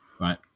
Right